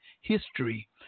history